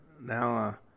now